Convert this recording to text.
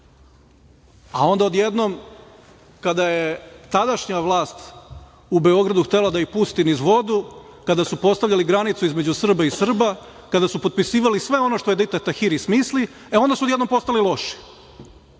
a onda odjednom kada je tadašnja vlast u Beogradu htela da ih pusti niz vodu kada su postavljali granicu između Srba i Srba, kada su potpisivali sve ono što je Edita Tahiri smisli, e onda su odjednom postali loši.